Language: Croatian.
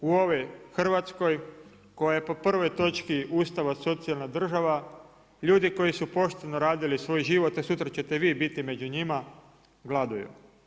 U ovoj Hrvatskoj koja je po prvoj točki Ustava socijalna država, ljudi koji su pošteno radili svoj život, a sutra ćete vi biti među njima, gladuju.